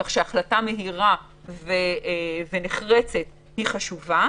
כך שהחלטה מהירה ונחרצת היא חשובה.